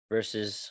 Versus